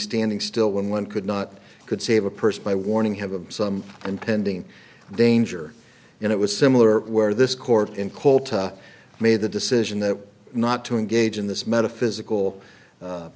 standing still when one could not could save a person by warning have of some impending danger and it was similar where this court in kolta made the decision that not to engage in this metaphysical